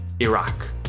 Iraq